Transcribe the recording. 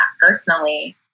personally